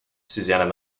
susannah